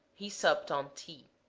he supped on tea.